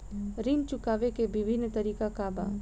ऋण चुकावे के विभिन्न तरीका का बा?